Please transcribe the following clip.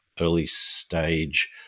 early-stage